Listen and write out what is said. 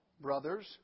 brothers